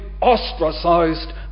ostracized